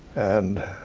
and